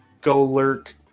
go-lurk